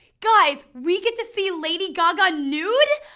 guys we get to see lady gaga nude.